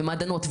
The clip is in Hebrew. את מעדנות,